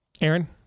Aaron